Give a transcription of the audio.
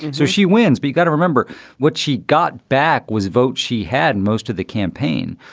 so she wins. we got to remember what she got back was votes she had and most of the campaign.